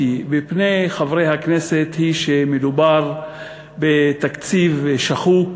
בפני חברי הכנסת היא שמדובר בתקציב שחוק,